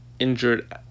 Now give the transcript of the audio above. Injured